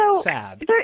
sad